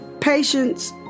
patience